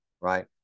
right